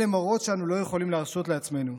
אלה מראות שאנו לא יכולים להרשות לעצמנו.